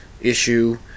issue